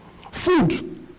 Food